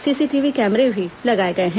CCTV कैमरे भी लगाए गए हैं